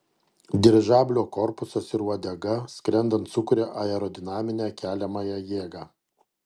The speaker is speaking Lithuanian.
dirižablio korpusas ir uodega skrendant sukuria aerodinaminę keliamąją jėgą